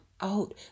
out